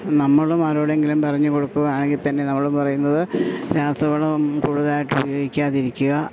നമ്മളും ആരോടെങ്കിലും പറഞ്ഞു കൊടുക്കുകയാണെങ്കിൽത്തന്നെ നമ്മളും പറയുന്നത് രാസവളം കൂടുതലായിട്ടുപയോഗിക്കാതിരിക്കുക